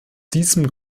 diesem